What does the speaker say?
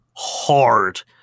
Hard